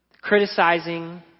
criticizing